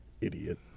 Idiot